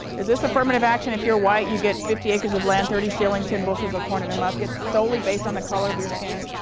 is this affirmative action, if you're white you get fifty acres of land, thirty shillings, ten bushels of corn and a musket solely based on the color of your skin,